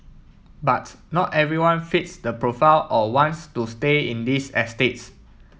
but not everyone fits the profile or wants to stay in these estates